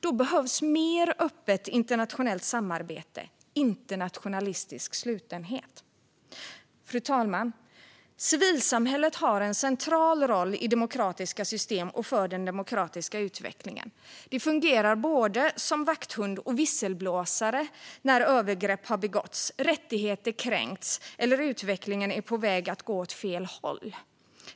Då behövs mer öppet internationellt samarbete, inte nationalistisk slutenhet. Fru talman! Civilsamhället har en central roll i demokratiska system och för den demokratiska utvecklingen. Det fungerar som både vakthund och visselblåsare när övergrepp har begåtts, rättigheter kränkts eller utvecklingen är på väg att gå åt fel håll.